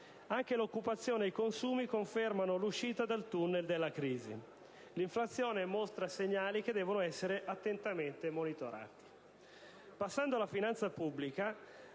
Anche l'occupazione e i consumi confermano l'uscita dal tunnel della crisi. L'inflazione mostra segnali che devono essere attentamente monitorati. Passando alla finanza pubblica,